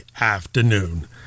afternoon